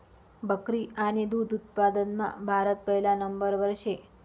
बकरी आणि दुध उत्पादनमा भारत पहिला नंबरवर शे